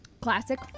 Classic